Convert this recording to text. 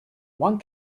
one